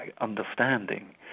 understanding